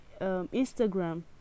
Instagram